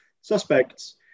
suspects